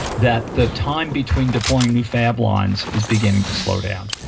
that the time between deploying new fab lines is beginning to slow down,